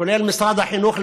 כולל משרד החינוך,